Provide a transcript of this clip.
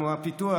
כמו הפיתוח,